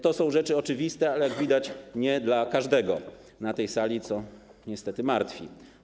To są rzeczy oczywiste, ale jak widać, nie dla każdego na tej sali, co niestety martwi.